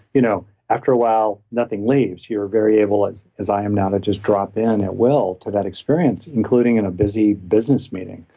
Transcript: you know after a while nothing leaves. you're very able as as i am now, to just drop in at will to that experience, including in a busy business meeting.